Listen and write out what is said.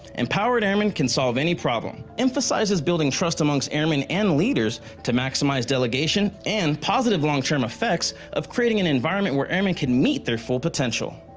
empowered airmen can solve any problem emphasizes building trust amongst airmen and leaders to maximize delegation and the positive long-term effects of creating an environment where airmen can meet their full potential.